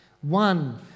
One